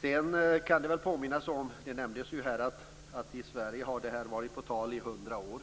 I Sverige har det här, som nämnts, varit på tal i hundra år.